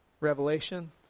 Revelation